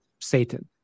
Satan